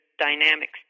dynamics